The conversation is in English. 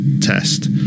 test